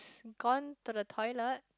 gone to the toilet